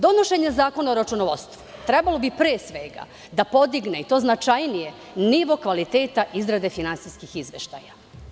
Donošenje zakona o računovodstvu, trebalo bi, pre svega, da podigne, i to značajnije, nivo kvaliteta izrade finansijskih izveštaja.